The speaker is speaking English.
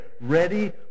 ready